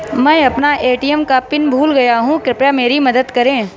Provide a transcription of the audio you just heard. मैं अपना ए.टी.एम का पिन भूल गया हूं, कृपया मेरी मदद करें